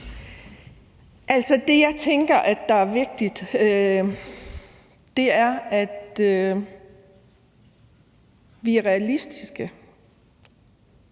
det, jeg tænker er vigtigt, er, at vi er realistiske